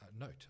Note